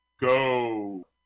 go